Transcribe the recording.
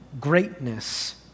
greatness